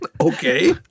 Okay